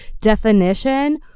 definition